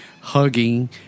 hugging